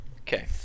Okay